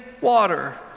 water